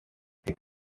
six